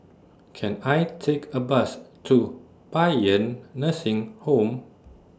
Can I Take A Bus to Paean Nursing Home